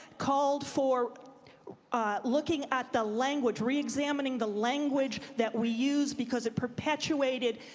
called for looking at the language, reexamining the language that we use because it perpetuated